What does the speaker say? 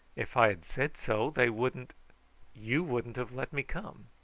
if i had said so, they wouldn't you wouldn't have let me come.